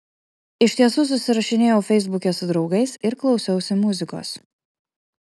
iš tiesų susirašinėjau feisbuke su draugais ir klausiausi muzikos